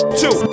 two